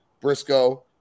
Briscoe